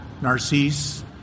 Narcisse